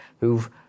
who've